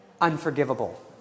unforgivable